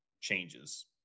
changes